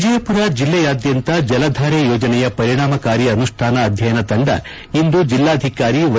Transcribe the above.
ವಿಜಯಪುರ ಜಿಲ್ಲೆಯಾದ್ದಂತ ಜಲಧಾರೆ ಯೋಜನೆಯ ಪರಿಣಾಮಕಾರಿ ಅನುಷ್ಟಾನ ಅಧ್ಯಯನ ತಂಡ ಇಂದು ಜಿಲ್ಲಾಧಿಕಾರಿ ವೈ